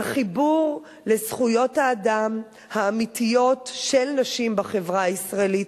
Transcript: על חיבור לזכויות האדם האמיתיות של נשים בחברה הישראלית.